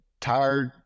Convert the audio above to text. tired